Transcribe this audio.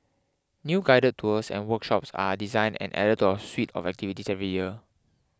new guided tours and workshops are designed and added to our suite of activity every year